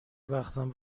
وقتم